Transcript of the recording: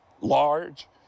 large